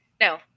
no